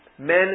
Men